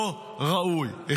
לא ראוי.